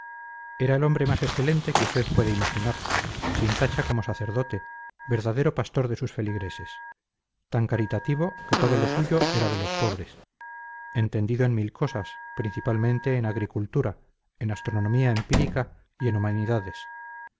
era el hombre más excelente que usted puede imaginar sin tacha como sacerdote verdadero pastor de sus feligreses tan caritativo que todo lo suyo era de los pobres entendido en mil cosas principalmente en agricultura en astronomía empírica y en humanidades